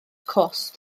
cost